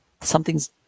something's